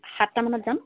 সাতটামানত যাম